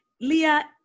Leah